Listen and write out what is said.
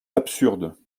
absurde